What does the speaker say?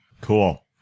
Cool